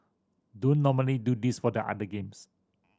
don't normally do this for the other games